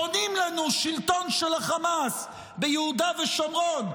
בונים לנו שלטון של חמאס ביהודה ושומרון,